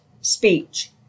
speech